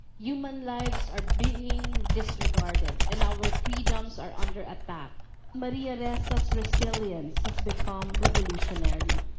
human lives are being disregarded, and our freedoms are under attack, maria ressa's resilience has become revolutionary.